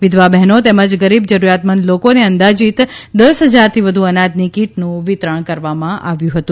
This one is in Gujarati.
વિધવા બહેનો તેમજ ગરીબ જરૂરિયાતમંદ લોકોને અંદાજીત દશ હજારથી વધુ અનાજની કીટનું વિતરણ કરવામાં આવ્યું હતું